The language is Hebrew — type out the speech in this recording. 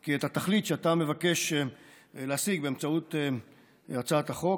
כי את התכלית שאתה מבקש להשיג באמצעות הצעת החוק,